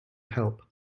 help